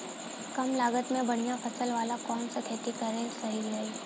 कमलागत मे बढ़िया फसल वाला कौन सा खेती करल सही रही?